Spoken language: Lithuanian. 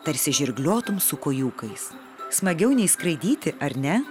tarsi žirgliotum su kojūkais smagiau nei skraidyti ar ne